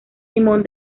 simón